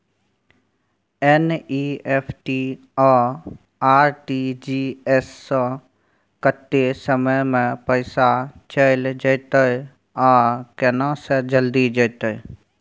NEFT आ RTGS स कत्ते समय म पैसा चैल जेतै आ केना से जल्दी जेतै?